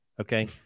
Okay